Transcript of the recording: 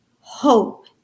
hope